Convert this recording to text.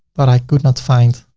but i could not find